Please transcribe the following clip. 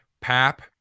pap